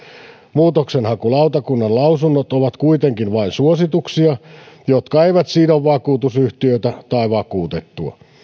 muutoksenhakulautakunnan lausunnot ovat kuitenkin vain suosituksia jotka eivät sido vakuutusyhtiötä tai vakuutettua